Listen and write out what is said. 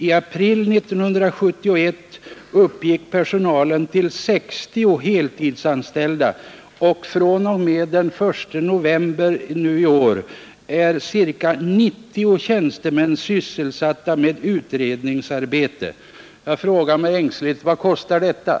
I april 1971 uppgick personalen till 60 heltidsanställda, fr.o.m. den 1 november 1971 är ca 90 tjänstemän sysselsatta med utredningsarbeten. Jag frågar mig ängsligt: Vad kostar detta?